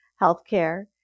healthcare